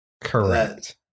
Correct